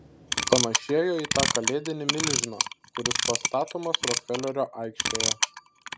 panėšėjo į tą kalėdinį milžiną kuris pastatomas rokfelerio aikštėje